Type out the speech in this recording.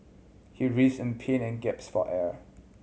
he writhed in pain and gaps for air